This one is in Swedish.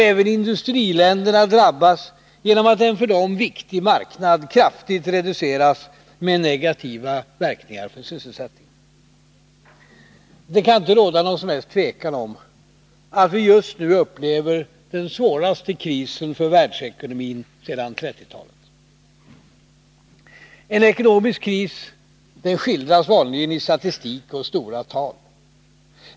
Även industriländerna drabbas genom att en för dem viktig marknad kraftigt reduceras med negativa verkningar för sysselsättningen. Det kan inte råda något som helst tvivel om att vi just nu upplever den svåraste krisen för världsekonomin sedan 1930-talet. En ekonomisk kris skildras vanligen i statistik och stora tal.